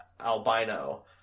albino